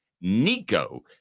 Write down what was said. Nico